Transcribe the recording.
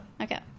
Okay